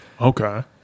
Okay